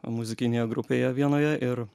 muzikinėje grupėje vienoje ir